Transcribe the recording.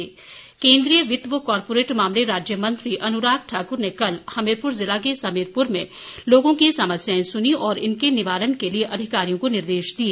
अनुराग ठाकुर केंद्रीय वित एवं कॉरपोरेट मामले राज्य मंत्री अनुराग ठाक्र ने कल हमीरपुर जिला के समीरपुर में लोगों की समस्याएं सुनीं और इनके निवारण के लिए अधिकारियों को निर्देश दिए